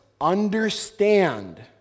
understand